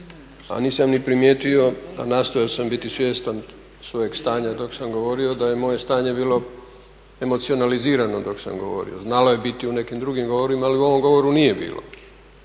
a nisam ni primijetio, a nastojao sam biti svjestan svojeg stanja dok sam govorio, da je moje stanje bilo emocionalizirano dok sam govorio. Znalo je biti u nekim drugim govorima ali u ovom govoru nije bilo.